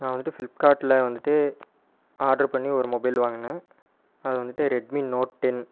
நான் வந்துவிட்டு ஃபிளிப்கார்ட்டில் வந்துவிட்டு ஆடர் பண்ணி ஒரு மொபைல் வாங்கினேன் அது வந்துவிட்டு ரெட்மி நோட் டென்